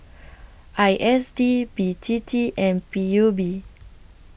I S D B T T and P U B